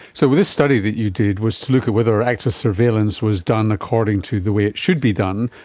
so this study that you did was to look at whether active surveillance was done according to the way it should be done,